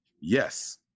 Yes